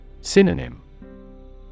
Synonym